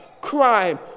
Crime